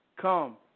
come